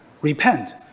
repent